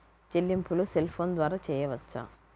చెల్లింపులు cell phone ద్వారా చేయవచ్చా?